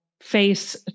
face